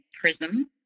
prism